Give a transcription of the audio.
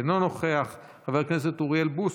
אינו נוכח, חבר הכנסת אוריאל בוסו,